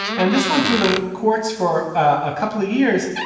and this went through the courts for a couple of years.